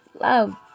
love